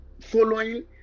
following